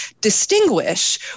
distinguish